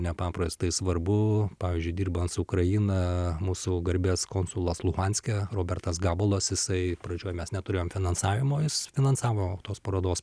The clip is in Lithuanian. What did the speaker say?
nepaprastai svarbu pavyzdžiui dirbant su ukraina mūsų garbės konsulas luhanske robertas gabalas jisai pradžioj mes neturėjom finansavimo jis finansavo tos parodos